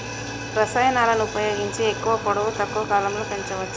రసాయనాలను ఉపయోగించి ఎక్కువ పొడవు తక్కువ కాలంలో పెంచవచ్చా?